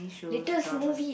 latest movie